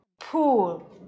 Pool